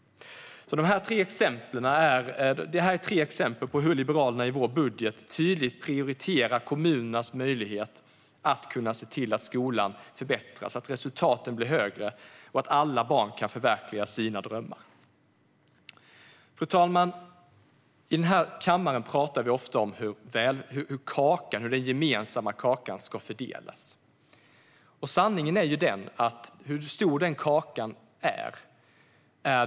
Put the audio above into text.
Det här är tre exempel på hur vi i Liberalerna i vår budget tydligt prioriterar kommunernas möjlighet att se till att skolan förbättras, att resultaten blir högre och att alla barn kan förverkliga sina drömmar. Fru talman! I den här kammaren pratar vi ofta om hur den gemensamma kakan ska fördelas. Men hur stor är då kakan?